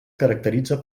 caracteritza